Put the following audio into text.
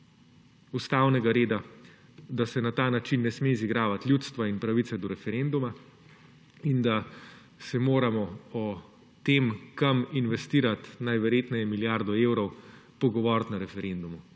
ustavnega reda, da se na ta način ne sme izigravati ljudstva in pravice do referenduma, in da se moramo o tem, kam investirati najverjetneje milijardo evrov, pogovoriti na referendumu.